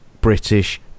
British